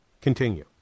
Continue